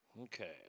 Okay